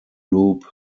loop